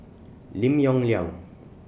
Lim Yong Liang